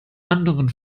anderen